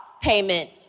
payment